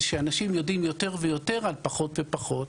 שאנשים יודעים יותר ויותר על פחות ופחות.